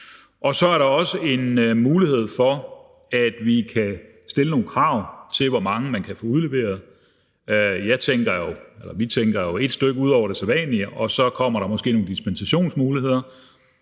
Og så er der også en mulighed for, at vi kan stille nogle krav til, hvor mange man kan få udleveret. Vi tænker jo ét pas ud over det sædvanlige, og så kommer der måske nogle dispensationsmuligheder.